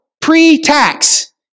pre-tax